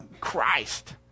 Christ